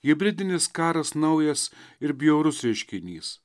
hibridinis karas naujas ir bjaurus reiškinys